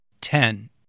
Ten